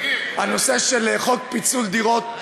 הנושא של חוק פיצול דירות,